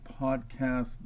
Podcast